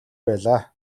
байлаа